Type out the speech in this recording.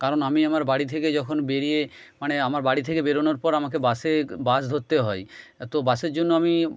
কারণ আমি আমার বাড়ি থেকে যখন বেরিয়ে মানে আমার বাড়ি থেকে বেরোনোর পর আমাকে বাসে বাস ধরতে হয় তো বাসের জন্য আমি